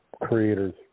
creators